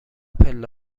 پله